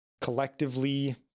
collectively